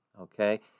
Okay